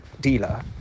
dealer